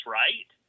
right